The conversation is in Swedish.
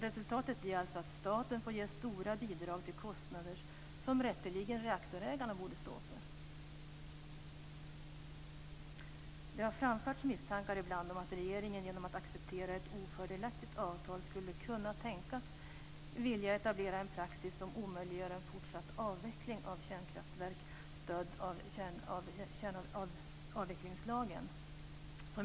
Resultatet blir att staten får ge stora bidrag till kostnader som rätteligen reaktorägarna borde stå för. Det har ibland framförts misstankar om att regeringen genom att acceptera ett ofördelaktigt avtal skulle kunna tänkas vilja etablera en praxis som omöjliggör en fortsatt avveckling av kärnkraftverk stödd av avvecklingslagen.